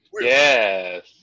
Yes